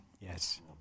Yes